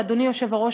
ואדוני היושב-ראש,